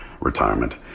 retirement